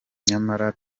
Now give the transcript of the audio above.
nyamara